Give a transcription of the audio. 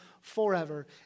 forever